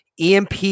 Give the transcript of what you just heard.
EMP